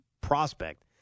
prospect